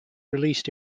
released